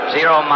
Zero